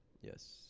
yes